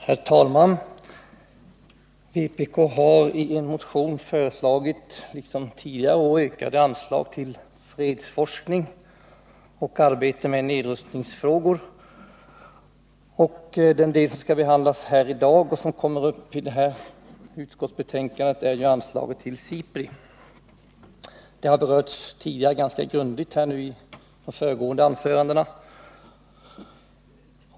Herr talman! Vpk har nu liksom tidigare år i en motion föreslagit ökade anslag till fredsforskning och arbete med nedrustningsfrågor. Den del som behandlas här i dag och som kommer upp i detta betänkande är anslaget till SIPRI, och det har berörts ganska grundligt i de föregående anförandena.